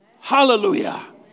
Hallelujah